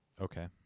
Okay